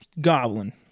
Goblin